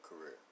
career